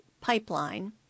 pipeline